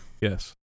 Yes